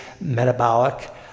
metabolic